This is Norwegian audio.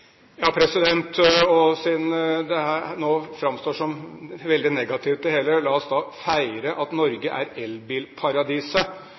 Siden det nå framstår som veldig negativt, det hele, la oss da feire at